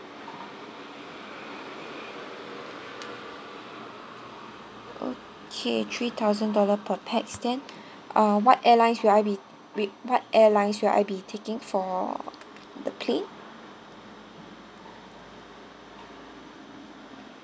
okay three thousand dollar per pax then uh what airlines will I be with what airlines will I be taking for the plane